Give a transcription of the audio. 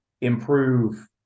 improve